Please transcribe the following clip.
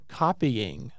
copying